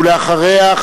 ואחריה,